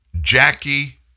Jackie